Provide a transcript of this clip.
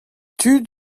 tud